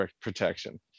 protection